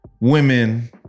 Women